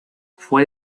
fue